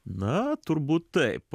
na turbūt taip